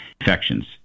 infections